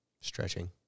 stretching